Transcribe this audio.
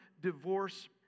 divorce